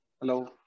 Hello